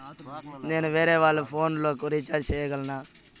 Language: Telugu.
నేను వేరేవాళ్ల ఫోను లకు రీచార్జి సేయగలనా?